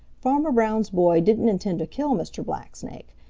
farmer brown's boy didn't intend to kill mr. blacksnake,